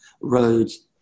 roads